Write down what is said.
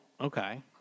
Okay